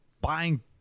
buying